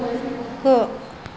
गु